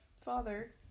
father